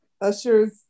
Usher's